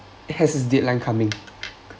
has a deadline coming